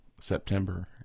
September